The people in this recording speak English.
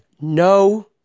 no